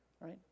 Right